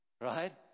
right